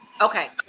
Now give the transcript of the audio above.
Okay